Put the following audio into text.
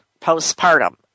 postpartum